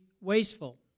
wasteful